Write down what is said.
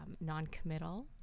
non-committal